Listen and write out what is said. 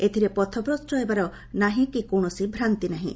ଏଥିରେ ପଥ ଭ୍ରଷ୍ଟ ହେବାର ନାହିଁ କି କୌଣସି ଭ୍ରାନ୍ତି ନାହିଁ